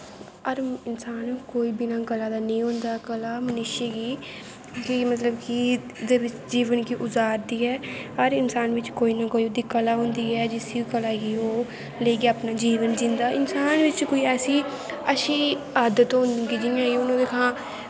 हर इंसान कोई कला दै बिना नी होंदा ऐ कला मनुश्य गी कि मतलव क् जीवन गी उजारदी ऐ हर इंसान बिच्च कोई ना कोई कला होंदा ऐ जेह्ड़ी उसी कला गी लेईयै ओह् जीवन जींदा इंसान बिच्च कोई अच्छी आदत होंदी हून दिक्खां